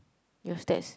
your stats